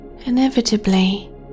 inevitably